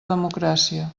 democràcia